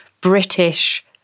british